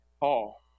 Paul